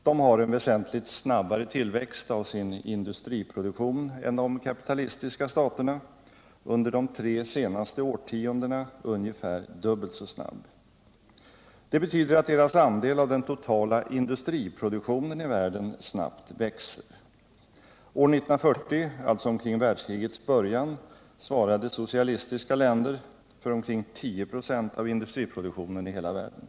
De har en väsentligt snabbare tillväxt av sin industriproduktion än de kapitalistiska staterna — under de tre senaste årtiondena ungefär dubbelt så snabb. Det betyder att deras andel av den totala industriproduktionen i världen snabbt växer. År 1940, alltså omkring världskrigets början, svarade socialistiska länder för omkring 10 26 av hela industriproduktionen i världen.